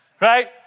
Right